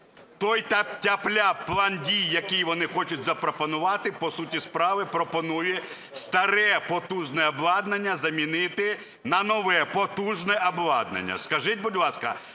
Той тяп-ляп план дій, який вони хочуть запропонувати, по суті справи, пропонує старе потужне обладнання замінити на нове потужне обладнання. Скажіть, будь ласка,